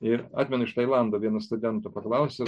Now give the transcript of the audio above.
ir atmenu iš tailando vieno studento paklausiau